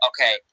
okay